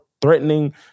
threatening